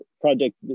project